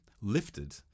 lifted